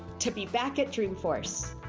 to be back at dreamforce.